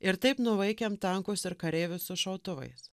ir taip nuvaikėm tankus ir kareivius su šautuvais